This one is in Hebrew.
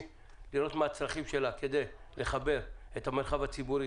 ולראות מה הצרכים שלהם כדי לחבר את המרחב הציבורי